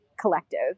collective